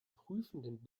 prüfenden